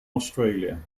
australia